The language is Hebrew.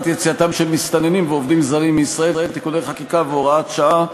יציאתם של מסתננים ועובדים זרים אחרים מישראל (תיקוני חקיקה והוראות שעה),